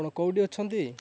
ଆପଣ କେଉଁଠି ଅଛନ୍ତି